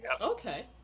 Okay